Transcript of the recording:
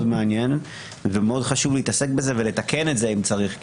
מעניין ומאוד חשוב להתעסק בו ולתקן את זה אם צריך,